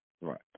right